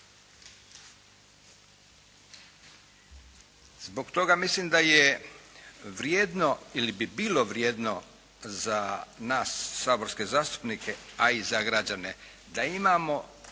Zbog toga mislim da je vrijedno ili bi bilo vrijedno za nas saborske zastupnike a i za građane da imamo,